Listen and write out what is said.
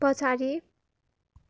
पछाडि